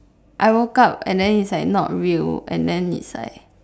I woke up and then it's like not real and then it's like